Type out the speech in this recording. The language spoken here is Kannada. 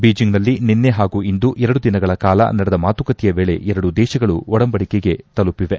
ಬೀಜಿಂಗ್ನಲ್ಲಿ ನಿನ್ನೆ ಹಾಗೂ ಇಂದು ಎರಡು ದಿನಗಳ ಕಾಲ ನಡೆದ ಮಾತುಕತೆಯ ವೇಳೆ ಎರಡೂ ದೇಶಗಳು ಒಡಂಬಡಿಕೆಗೆ ತಲುಪಿವೆ